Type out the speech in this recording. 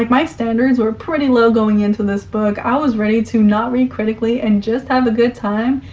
my standards were pretty low going into this book. i was ready to not read critically and just have a good time,